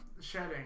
shedding